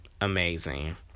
amazing